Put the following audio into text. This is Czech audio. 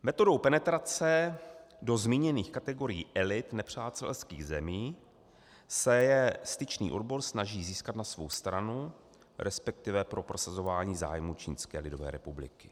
Metodou penetrace do zmíněných kategorií elit nepřátelských zemí se je Styčný odbor snaží získat na svou stranu, resp. pro prosazování zájmů Čínské lidové republiky.